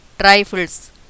trifles